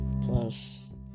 plus